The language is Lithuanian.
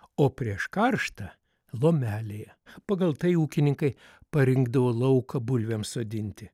o prieš karštą lomelėje pagal tai ūkininkai parinkdavo lauką bulvėms sodinti